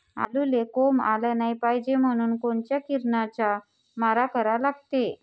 आलूले कोंब आलं नाई पायजे म्हनून कोनच्या किरनाचा मारा करा लागते?